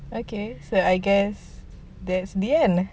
okay so I guess that's the end